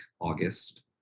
August